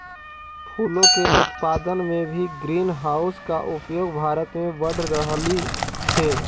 फूलों के उत्पादन में भी ग्रीन हाउस का उपयोग भारत में बढ़ रहलइ हे